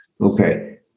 Okay